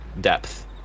depth